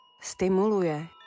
stimuluje